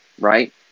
right